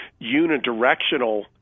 unidirectional –